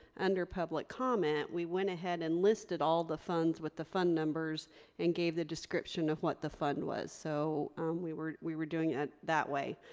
under public comment, we went ahead and listed all the funds with the fund numbers and gave the description of what the fund was. so we were we were doing it that way.